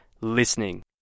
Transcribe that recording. listening